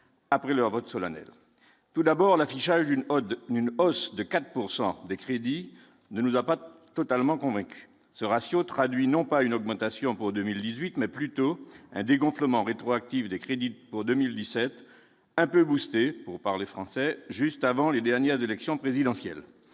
après leur vote solennel, tout d'abord l'affichage d'une ode d'une hausse de 4 pourcent des crédits ne nous a pas totalement convaincu, ce ratio traduit non pas une augmentation pour 2018, mais plutôt un dégonflement rétroactive des crédits pour 2017 un peu boostée pour parler français, juste avant les dernières élections présidentielles